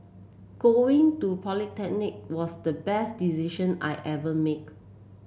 going to polytechnic was the best decision I ever make